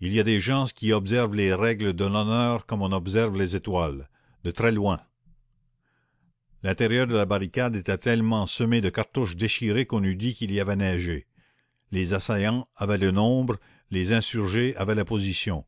il y a des gens qui observent les règles de l'honneur comme on observe les étoiles de très loin l'intérieur de la barricade était tellement semé de cartouches déchirées qu'on eût dit qu'il y avait neigé les assaillants avaient le nombre les insurgés avaient la position